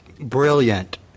brilliant